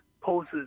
poses